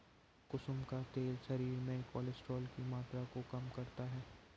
कुसुम का तेल शरीर में कोलेस्ट्रोल की मात्रा को कम करता है